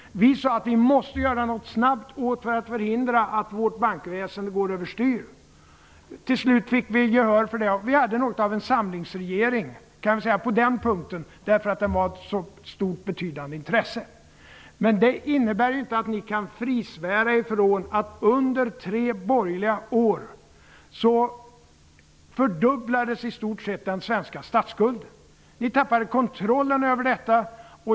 Vi sade att vi måste göra någonting snabbt för att förhindra att vårt bankväsende går över styr. Till slut fick vi gehör för detta. Vi hade något av en samlingsregering på den punkten, för den var av så stort och betydande intresse. Men det innebär inte att ni kan svära er fria er från att den svenska statsskulden under tre borgerliga år i stort sett fördubblades. Ni tappade kontrollen över detta.